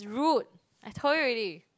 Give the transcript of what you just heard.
rude I told you already